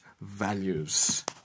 values